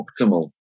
optimal